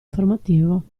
informativo